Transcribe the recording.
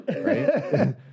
right